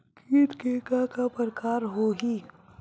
कीट के का का प्रकार हो होही?